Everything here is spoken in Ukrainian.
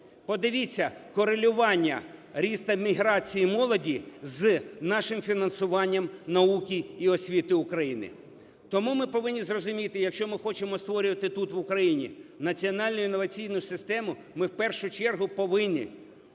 Подивіться корелювання росту міграції молоді з нашим фінансуванням науки і освіти України. Тому ми повинні зрозуміти, якщо ми хочемо створювати тут в Україні національну інноваційну систему, ми в першу чергу повинні